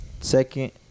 second